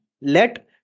let